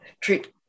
Treat